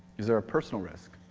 is there a personal risk?